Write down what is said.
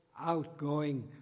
outgoing